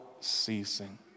ceasing